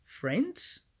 Friends